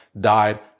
died